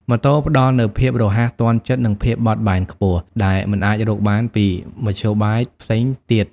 ម៉ូតូផ្តល់នូវភាពរហ័សទាន់ចិត្ត និងភាពបត់បែនខ្ពស់ ដែលមិនអាចរកបានពីមធ្យោបាយផ្សេងទៀត។